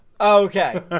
Okay